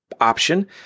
option